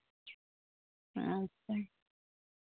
ᱟᱪᱪᱷᱟ